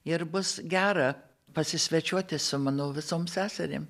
ir bus gera pasisvečiuoti su manau visoms seserim